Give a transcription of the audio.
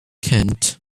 kent